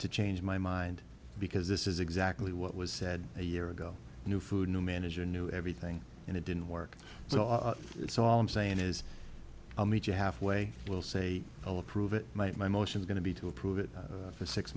to change my mind because this is exactly what was said a year ago new food new manager new everything and it didn't work so that's all i'm saying is i'll meet you halfway will say i'll approve it might my motions going to be to approve it for six